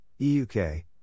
EUK